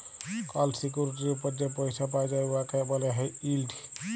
call সিকিউরিটির উপর যে পইসা পাউয়া যায় উয়াকে ব্যলে ইল্ড